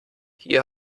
hier